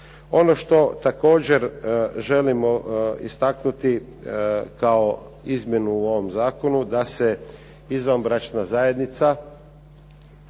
Ono što također želimo istaknuti kao izmjenu u ovom zakonu da se izvanbračna zajednica